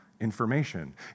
information